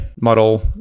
model